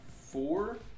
four